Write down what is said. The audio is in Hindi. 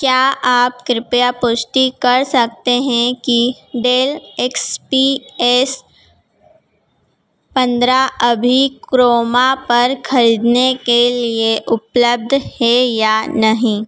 क्या आप कृपया पुष्टि कर सकते हैं कि डेल एक्स पी एस पंद्रह अभी क्रोमा पर खरीदने के लिए उपलब्ध है या नहीं